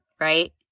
right